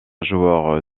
joueur